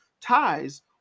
ties